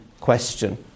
question